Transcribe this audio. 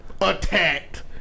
attacked